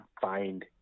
find